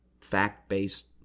fact-based